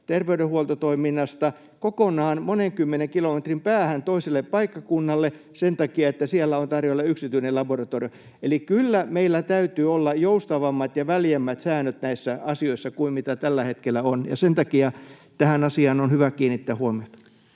terveydenhuoltotoiminnasta, kokonaan monen kymmenen kilometrin päähän toiselle paikkakunnalle sen takia, että siellä on tarjolla yksityinen laboratorio. Eli kyllä meillä täytyy olla joustavammat ja väljemmät säännöt näissä asioissa kuin tällä hetkellä on, ja sen takia tähän asiaan on hyvä kiinnittää huomiota.